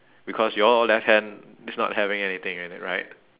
because your left hand is not having anything in it right